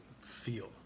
feel